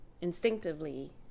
instinctively